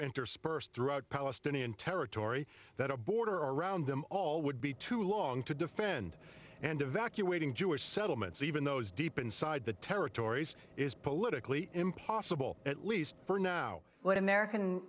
interspersed throughout palestinian territory that a border around them all would be too long to defend and evacuating jewish settlements even those deep inside the territories is politically impossible at least for now when american